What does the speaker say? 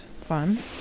fun